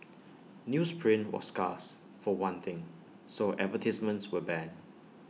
newsprint was scarce for one thing so advertisements were banned